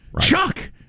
Chuck